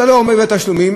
אתה לא עומד בתשלומים,